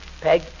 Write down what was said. Peg